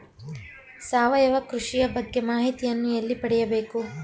ಸಾವಯವ ಕೃಷಿಯ ಬಗ್ಗೆ ಮಾಹಿತಿಯನ್ನು ಎಲ್ಲಿ ಪಡೆಯಬೇಕು?